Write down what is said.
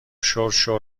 شرشر